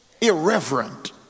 irreverent